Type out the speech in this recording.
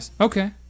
okay